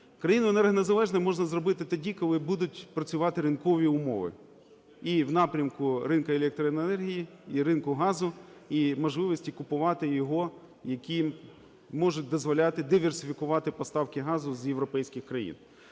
Країну енергонезалежною можна зробити тоді, коли будуть працювати ринкові умови, і в напрямку ринку електроенергії, і ринку газу, і можливості купувати його, які можуть дозволяти диверсифікувати поставки газу з європейських країн.